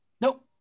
Nope